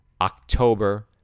October